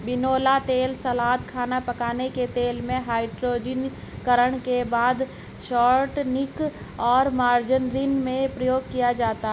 बिनौला तेल सलाद, खाना पकाने के तेल में, हाइड्रोजनीकरण के बाद शॉर्टनिंग और मार्जरीन में प्रयोग किया जाता है